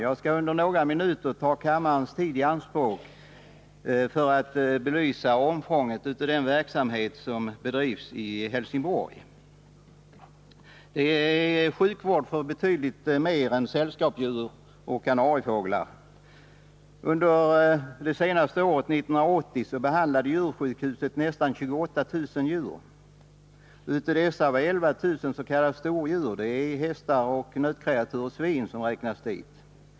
Jag skall under några minuter ta kammarens tid i anspråk för att belysa omfånget av den verksamhet på det här området som bedrivs i Helsingborg. Under år 1980 behandlade djursjukhuset nästan 28 000 djur. Av dessa var 11 000 s.k. stordjur — hästar, nötkreatur och svin.